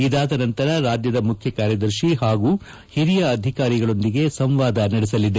ಇದಾದ ನಂತರ ರಾಜ್ಜದ ಮುಖ್ಯ ಕಾರ್ಯದರ್ಶಿ ಹಾಗೂ ಹಿರಿಯ ಅಧಿಕಾರಿಗಳೊಂದಿಗೆ ಸಂವಾದ ನಡೆಸಲಿದೆ